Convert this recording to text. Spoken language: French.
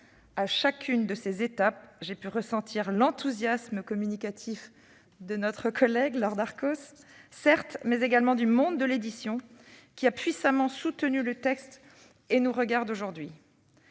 À chacune de ces étapes, j'ai pu ressentir l'enthousiasme communicatif de Laure Darcos, certes, mais également du monde de l'édition, qui a puissamment soutenu le texte et nous regarde aujourd'hui.